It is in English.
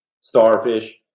Starfish